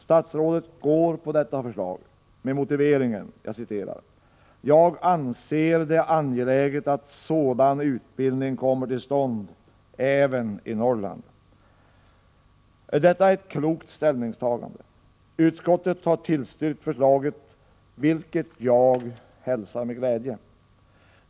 Statsrådet går på detta förslag med motiveringen: ”Jag anser det angeläget att en sådan utbildning kommer till stånd även i Norrland”. Detta är ett klokt ställningstagande. Utskottet har tillstyrkt förslaget, vilket jag hälsar med glädje.